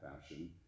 fashion